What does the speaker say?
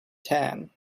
tan